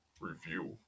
review